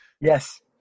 Yes